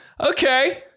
Okay